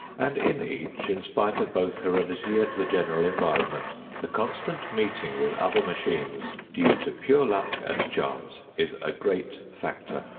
and in each, in spite of both heredity and the general environment, the constant meeting with other machines due to pure luck and chance is a great factor,